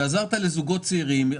ועזרת לזוגות צעירים.